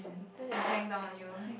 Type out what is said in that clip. then they will hang down on you